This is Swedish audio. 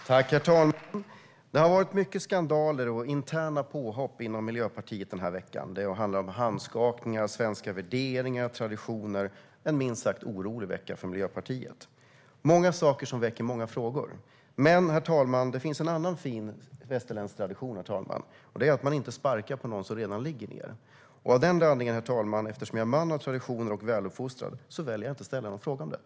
Herr talman! Det har varit mycket skandaler och interna påhopp inom Miljöpartiet den här veckan. Det har handlat om handskakningar och svenska värderingar och traditioner. Det har varit en minst sagt orolig vecka för Miljöpartiet. Det är många saker som väcker många frågor. Men det finns en fin västerländsk tradition. Det är att man inte sparkar på någon som redan ligger ned. Herr talman! Av den anledningen, eftersom jag är en man av traditioner och väluppfostrad, väljer jag att inte ställa någon fråga om detta.